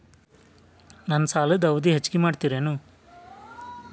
ನನ್ನ ಸಾಲದ ಅವಧಿ ಹೆಚ್ಚಿಗೆ ಮಾಡ್ತಿರೇನು?